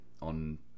on